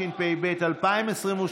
התשפ"ב 2022,